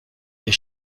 des